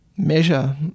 measure